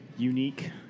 Unique